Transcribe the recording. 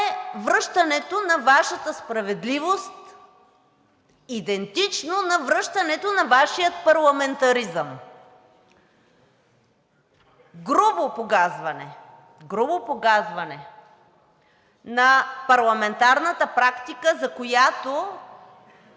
връщането на Вашата справедливост, идентично на връщането на Вашия парламентаризъм, грубо погазване на парламентарната практика, за която